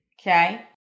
Okay